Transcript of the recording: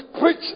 preach